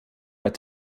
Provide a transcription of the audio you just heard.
det